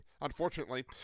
unfortunately